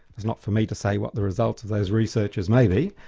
it's not for me to say what the results of those researches may be,